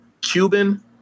Cuban